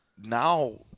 now